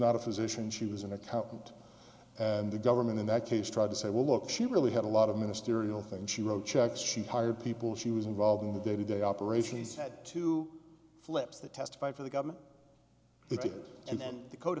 not a physician she was an accountant and the government in that case tried to say well look she really had a lot of ministerial things she wrote checks she hired people she was involved in the day to day operations had to flip's the testify for the government